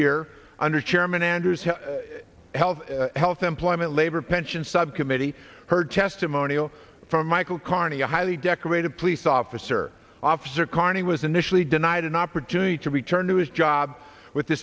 answers health health employment labor pensions subcommittee heard testimonial from michael carney a highly decorated police officer officer carney was initially denied an opportunity to return to his job with the